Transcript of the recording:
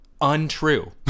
untrue